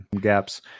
gaps